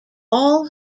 all